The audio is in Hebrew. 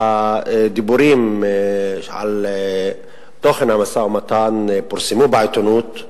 הדיבורים על תוכן המשא-ומתן פורסמו בעיתונות,